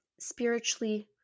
spiritually